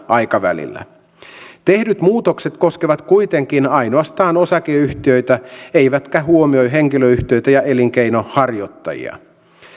aikavälillä tehdyt muutokset koskevat kuitenkin ainoastaan osakeyhtiöitä eivätkä huomioi henkilöyhtiöitä ja elinkeinonharjoittajia